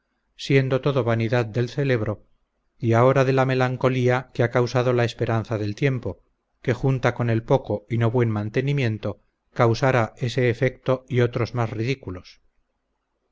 siendo todo vanidad del celebro y ahora de la melancolía que ha causado la esperanza del tiempo que junta con el poco y no buen mantenimiento causara ese efecto y otros más ridículos